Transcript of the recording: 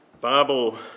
Bible